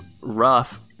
rough